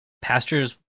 Pastures